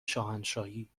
شاهنشاهی